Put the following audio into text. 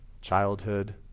childhood